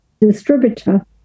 distributor